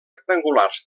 rectangulars